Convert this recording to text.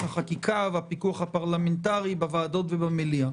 החקיקה והפיקוח הפרלמנטרי בוועדות ובמליאה.